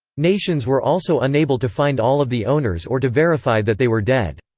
nations were also unable to find all of the owners or to verify that they were dead.